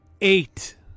Eight